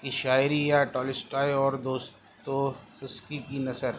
کی شاعری یا ٹولسٹائے اور دوستوفسکی کی نثر